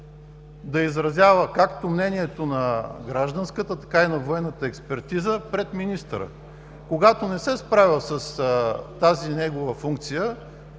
да изразява както мнението на гражданската, така и на военната експертиза пред министъра. Когато не се справя с тази негова функция,